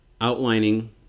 outlining